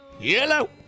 Yellow